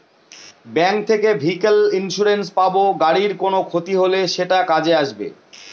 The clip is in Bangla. ব্যাঙ্ক থেকে ভেহিক্যাল ইন্সুরেন্স পাব গাড়ির কোনো ক্ষতি হলে সেটা কাজে আসবে